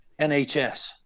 NHS